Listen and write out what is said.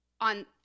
on